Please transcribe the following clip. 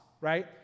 right